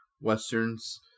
Westerns